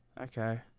Okay